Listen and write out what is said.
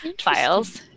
files